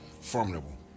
formidable